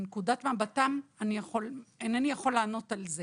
מנקודת מבטם, אינני יכול לענות על זה.